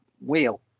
wheel